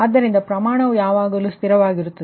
ಆದ್ದರಿಂದ ಪ್ರಮಾಣವು ಯಾವಾಗಲೂ ಸ್ಥಿರವಾಗಿರುತ್ತದೆ